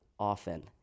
often